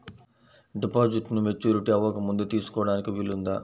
డిపాజిట్ను మెచ్యూరిటీ అవ్వకముందే తీసుకోటానికి వీలుందా?